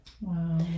Wow